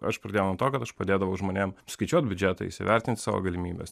aš pradėjau nuo to kad aš padėdavau žmonėm skaičiuot biudžetą įsivertint savo galimybes